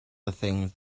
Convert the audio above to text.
things